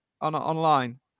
online